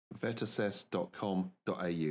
vetassess.com.au